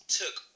took